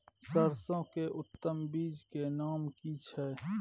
सरसो के उत्तम बीज के नाम की छै?